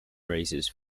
raises